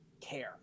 care